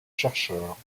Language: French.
chercheurs